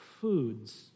foods